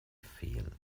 fehlen